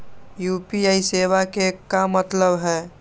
UPI सेवा के का मतलब है?